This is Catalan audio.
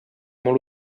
molt